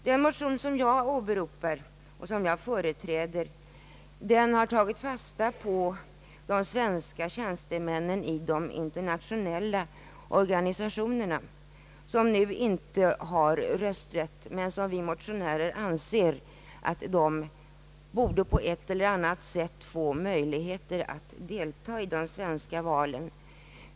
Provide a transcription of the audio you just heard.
Den motion, som jag åberopar och företräder, har tagit fasta på att svenska tjänstemän i de internationella organisationerna, som nu inte har rösträtt, borde få möjlighet att delta i svenska val.